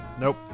Nope